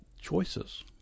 choices